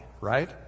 right